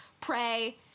pray